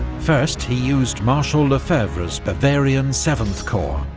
first, he used marshal lefebvre's bavarian seventh corps,